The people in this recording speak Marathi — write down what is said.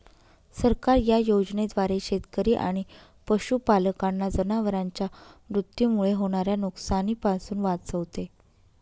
सरकार या योजनेद्वारे शेतकरी आणि पशुपालकांना जनावरांच्या मृत्यूमुळे होणाऱ्या नुकसानीपासून वाचवते